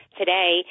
today